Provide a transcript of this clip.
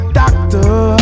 doctor